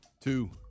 Two